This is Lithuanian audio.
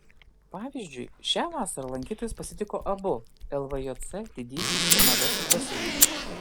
pavyzdžiui šią vasarą lankytojus pasitiko abu lvjc didysis ir mažasis baseinai